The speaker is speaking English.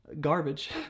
garbage